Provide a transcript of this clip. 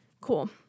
Cool